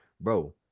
bro